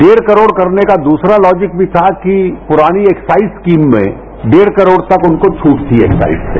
रेढ करोड़ करने का एक दूसरा लॉजिक भी था कि पुरानी एक्साइज स्कीम में डेढ करोड़ तक उनको छूट थी एक्साइज से